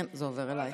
כן, זה עובר אליי.